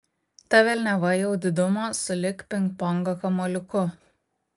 ta velniava jau didumo sulig pingpongo kamuoliuku